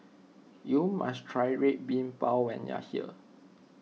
you must try Red Bean Bao when you are here